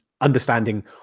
understanding